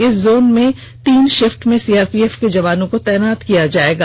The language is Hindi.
इस जोन में तीन शिफ्ट में सीआरपीएफ के जवानों को तैनात किया जाएगा